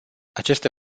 aceste